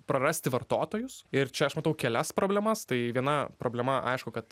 prarasti vartotojus ir čia aš matau kelias problemas tai viena problema aišku kad